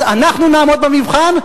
אז אנחנו נעמוד במבחן,